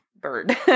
bird